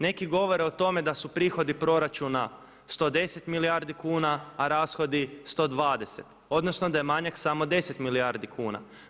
Neki govore o tome da su prihodi proračuna 110 milijardi kuna, a rashodi 120, odnosno da je manjak samo 10 milijardi kuna.